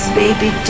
baby